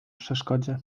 przeszkodzie